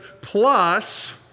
plus